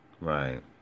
Right